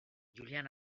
julian